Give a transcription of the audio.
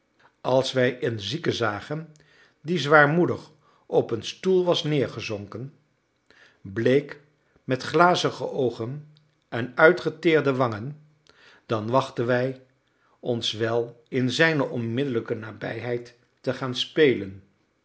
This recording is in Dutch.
als wij een zieke zagen die zwaarmoedig op een stoel was neergezonken bleek met glazige oogen en uitgeteerde wangen dan wachtten wij ons wel in zijne onmiddellijke nabijheid te gaan spelen